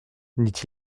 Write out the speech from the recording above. dit